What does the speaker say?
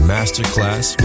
Masterclass